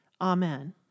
Amen